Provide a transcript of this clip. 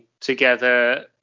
together